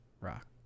rock